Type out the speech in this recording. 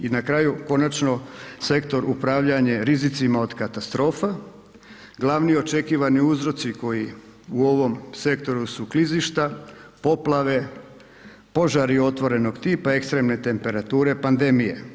I na kraju, konačno, sektor „Upravljanje rizicima od katastrofa“, glavni očekivani uzroci koji u ovom sektoru su klizišta, poplave, požari otvorenog tipa, ekstremne temperature, pandemije.